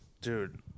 Dude